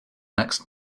next